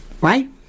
Right